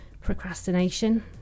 procrastination